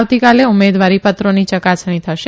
આવતીકાલે ઉમેદવારીપત્રોની યકાસણી થશે